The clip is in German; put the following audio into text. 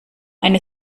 eine